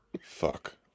Fuck